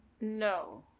No